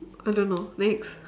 I don't know next